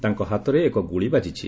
ତାଙ୍କ ହାତରେ ଏକ ଗୁଳି ବାଜିଛି